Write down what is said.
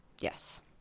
Yes